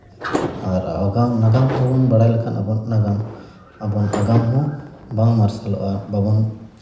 ᱟᱨ ᱟᱜᱟᱢ ᱱᱟᱜᱟᱢ ᱵᱟᱵᱚᱱ ᱵᱟᱲᱟᱭ ᱞᱮᱠᱷᱟᱱ ᱟᱵᱚᱱᱟᱜ ᱱᱟᱜᱟᱢ ᱟᱵᱚᱱᱟᱜ ᱟᱜᱟᱢ ᱦᱚᱸ ᱵᱟᱝ ᱢᱟᱨᱥᱟᱞᱚᱜᱼᱟ ᱵᱟᱵᱚᱱ